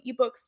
ebooks